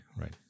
right